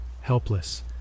helpless